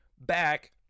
back